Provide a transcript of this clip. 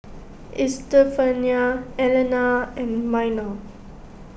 Estefania Elena and Minor